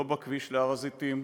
לא בכביש להר-הזיתים,